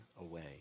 away